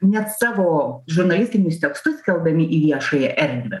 net savo žurnalistinius tekstus keldami į viešąją erdvę